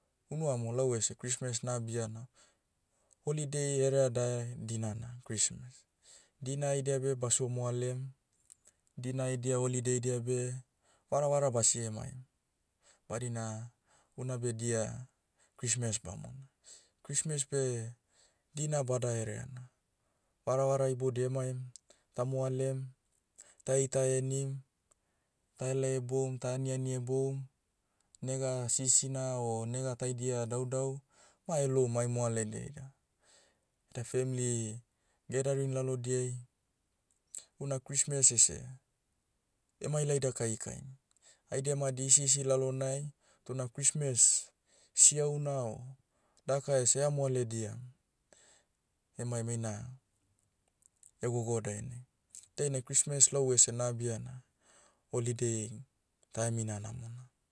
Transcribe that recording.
Unu amo lau ese christmas nabia na, holiday hereadae dinana christmas. Dina haidia beh basio moalem, dina haidia holidy dia beh, varavara basie maim. Badina, unabe dia, christmas bamona. Christmas beh, dina bada hereana. Varavara iboudia emaim, tamoalem, taheita henim, ta helai heboum ta aniani heboum, nega sisina o nega taidia daudau, ma elaoum mai moaledia ida. Da femli, gathering lalodiai, una christmas ese, emailaida kahikahim. Haidia madi hisi isi lalonai, tona christmas, siahuna o, daka ese eha moalediam, emaim heina, hegogo dainai. Dainai christmas lau ese na abia na, holiday, taemina namona.